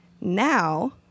now